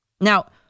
Now